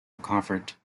recovered